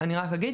אני רק אגיד,